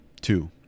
two